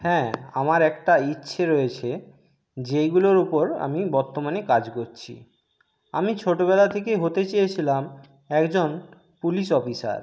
হ্যাঁ আমার একটা ইচ্ছে রয়েছে যেইগুলোর উপর আমি বর্তমানে কাজ করছি আমি ছোটোবেলা থেকেই হতে চেয়েছিলাম একজন পুলিশ অফিসার